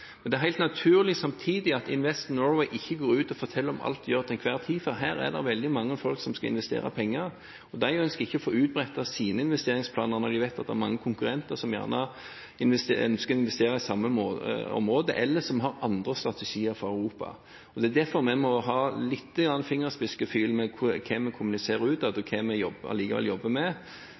Det er helt naturlig samtidig at Invest in Norway ikke går ut og forteller om alt de gjør til enhver tid, for her er det veldig mange folk som skal investere penger. De ønsker ikke å få utbrettet sine investeringsplaner når de vet at det er mange konkurrenter som gjerne ønsker å investere i samme område, eller som har andre strategier for Europa. Det er derfor vi må ha litt fingerspitzgefühl med hva vi kommuniserer utad, og hva vi allikevel jobber med, så vi ikke gjør Norge til et lite attraktivt land, fordi folk er redd for at med